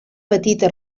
petita